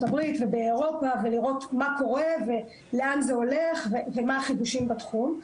הברית ואירופה לראות מה קורה ומה החידושים בתחום,